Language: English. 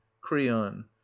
creon